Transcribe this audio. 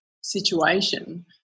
situation